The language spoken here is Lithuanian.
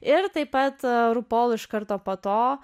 ir taip pat rū pol iš karto po to